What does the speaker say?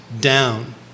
down